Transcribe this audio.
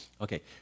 Okay